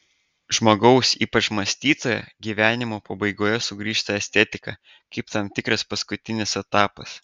žmogaus ypač mąstytojo gyvenimo pabaigoje sugrįžta estetika kaip tam tikras paskutinis etapas